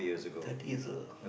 thirty is a